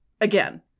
again